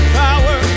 power